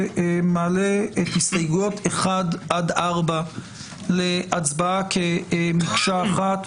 אני מעלה את הסתייגויות 4-1 להצבעה כמקשה אחת.